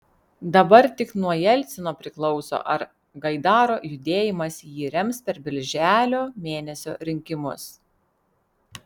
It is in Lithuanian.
dabar tik nuo jelcino priklauso ar gaidaro judėjimas jį rems per birželio mėnesio rinkimus